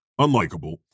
unlikable